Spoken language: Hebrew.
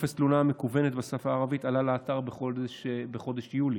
טופס תלונה מקוון בשפה הערבית עלה לאתר בחודש יולי.